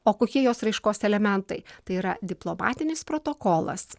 o kokie jos raiškos elementai tai yra diplomatinis protokolas